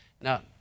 Now